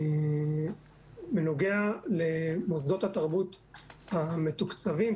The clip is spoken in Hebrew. בנוגע למוסדות התרבות המתוקצבים,